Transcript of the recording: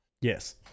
yes